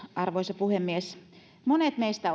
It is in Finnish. arvoisa puhemies monet meistä